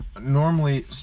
normally